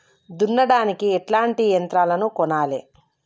దున్నడానికి ఎట్లాంటి యంత్రాలను కొనాలే?